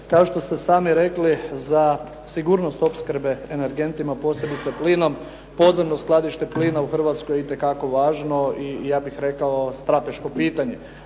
Kao što ste sami rekli za sigurnost opskrbe energentima posebice plinom podzemno skladište plina u Hrvatskoj je itekako važno i ja bih rekao strateško pitanje.